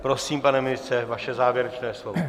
Prosím, pane ministře, vaše závěrečné slovo.